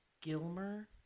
Gilmer